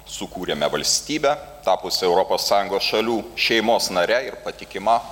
sukūrėme valstybę tapusią europos sąjungos šalių šeimos nare ir patikima